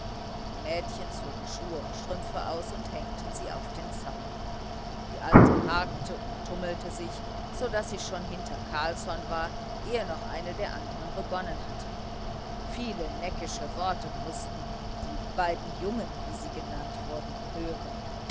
die mädchen zogen schuhe und strümpfe aus und hängten sie auf den zaun die alte harkte und tummelte sich so daß sie schon hinter carlsson war ehe noch eine der andern begonnen hatte viele neckische worte mußten die beiden jungen wie sie genannt wurden hören